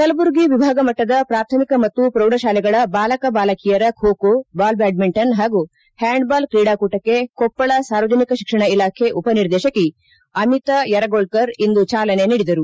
ಕಲಬುರಗಿ ವಿಭಾಗಮಟ್ಟದ ಪ್ರಾಥಮಿಕ ಮತ್ತು ಪ್ರೌಢ ಶಾಲೆಗಳ ಬಾಲಕ ಬಾಲಕಿಯರ ಖೋ ಖೋ ಬಾಲ್ ಬ್ಕಾಡ್ಮಿಂಟನ್ ಹಾಗೂ ಹ್ಕಾಂಡ್ಬಾಲ್ ಕ್ರೀಡಾಕೂಟಕ್ಕೆ ಕೊಪ್ಪಳ ಸಾರ್ವಜನಿಕ ಶಿಕ್ಷಣ ಇಲಾಖೆ ಉಪನಿರ್ದೇಶಕಿ ಅಮಿತಾ ಯರಗೋಳ್ಕರ್ ಇಂದು ಚಾಲನೆ ನೀಡಿದರು